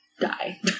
die